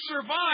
survive